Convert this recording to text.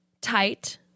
tight